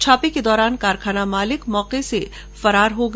छापे के दौरान कारखाना मालिक मौके से फरार हो गया